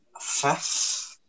fifth